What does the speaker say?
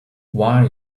why